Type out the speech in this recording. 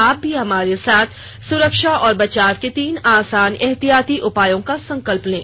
आप भी हमारे साथ सुरक्षा और बचाव के तीन आसान एहतियाती उपायों का संकल्प लें